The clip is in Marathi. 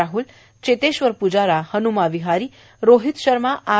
राहूल चेतेश्वर प्जारा हन्मा विहारी रोहित शर्मा आर